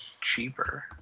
cheaper